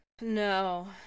no